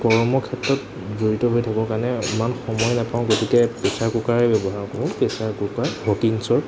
গৰমৰ ক্ষেত্ৰত জড়িত হৈ থাকিবৰ কাৰণে ইমান সময় নাপাওঁ গতিকে প্ৰেচাৰ কুকাৰেই ব্যৱহাৰ কৰোঁ প্ৰেচাৰ কুকাৰ হকিংছৰ